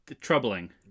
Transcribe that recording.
troubling